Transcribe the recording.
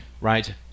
right